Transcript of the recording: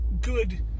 good